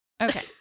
Okay